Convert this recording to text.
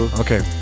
okay